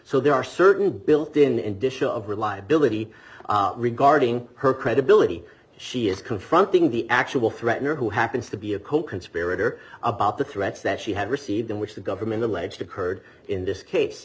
so there are certain builtin and disha of reliability regarding her credibility she is confronting the actual threatening who happens to be a coconspirator about the threats that she had received in which the government alleged occurred in this case